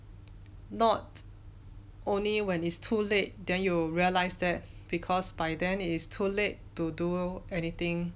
not only when it's too late then you realise that because by then it's too late to do anything